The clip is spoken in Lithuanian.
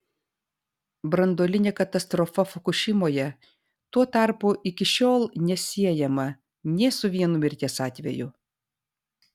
branduolinė katastrofa fukušimoje tuo tarpu iki šiol nesiejama nė su vienu mirties atveju